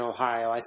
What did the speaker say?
Ohio